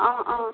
অঁ অঁ